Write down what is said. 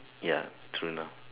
ya true enough